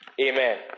Amen